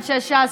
אנשי ש"ס,